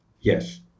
Yes